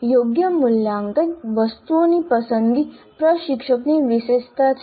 યોગ્ય મૂલ્યાંકન વસ્તુઓની પસંદગી પ્રશિક્ષકની વિશેષતા છે